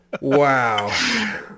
Wow